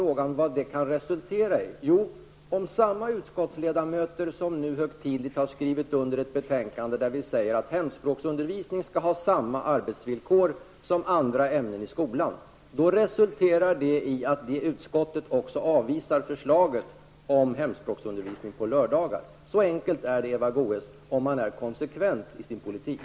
Om för det andra samma utskottsledamöter som nu högtidligt har skrivit under ett betänkande där man säger att hemspråksundervisning skall ha samma arbetsvillkor som andra ämnen i skolan, resulterar det i att utskottet också avvisar förslag om hemspråksundervisning på lördagar. Så enkelt är det Eva Goe s, om man är konsekvent i sin politik.